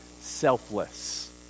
selfless